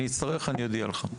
אני אצטרך אני אודיע לך.